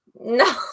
No